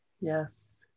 Yes